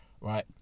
right